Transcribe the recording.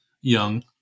young